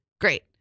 Great